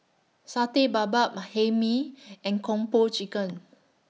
Satay Babat Ma Hae Mee and Kung Po Chicken